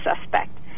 suspect